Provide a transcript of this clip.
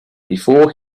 before